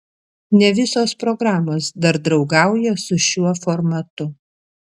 ne visos programos dar draugauja su šiuo formatu